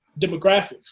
demographics